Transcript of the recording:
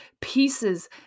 pieces